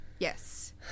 Yes